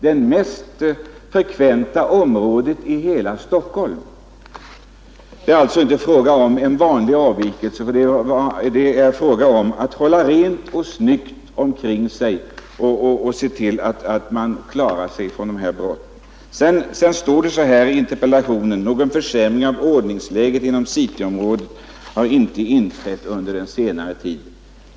Vi har här inte att göra med så att säga vanliga avvikelser, utan här är det fråga om att hålla rent och snyggt omkring sig och se till att vi får bort den brottslighet som pågår här. Sedan står det också i interpellationssvaret att ”någon försämring av ordningsläget inom cityområdet inte har inträtt under senare tid”.